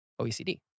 OECD